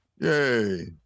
Yay